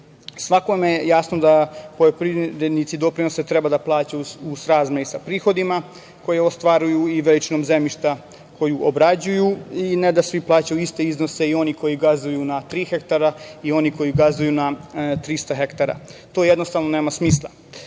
rešiti. Svakome je jasno da poljoprivrednici doprinose treba da plaćaju u srazmeri sa prihodima koje ostvaruju i veličinom zemljišta koje obrađuju, a ne da svi plaćaju iste iznose, i oni koji gazduju na tri hektara i oni koji gazduju na 300 hektara. To, jednostavno, nema